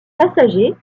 passagers